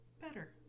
Better